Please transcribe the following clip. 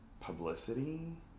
publicity